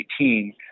2018